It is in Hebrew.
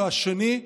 השני,